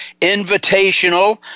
Invitational